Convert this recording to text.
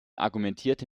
argumentierte